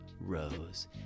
rose